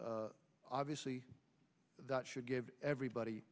job obviously that should give everybody